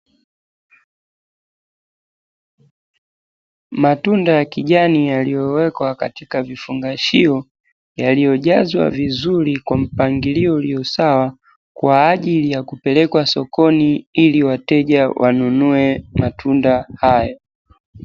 Matunda ya kijani yaliyowekewa katika vifungashio yaliyo wekwa vizuri, kwa mpangilio ulio sawa kwa ajili ya kupelekwa sokoni ili wateja wanunue matunda hayo.